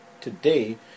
today